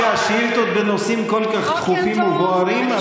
שהשאילתות בנושאים כל כך דחופים ובוערים.